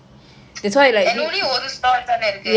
and only ஒரு:oru store தான இருக்கு:thana irukku malay store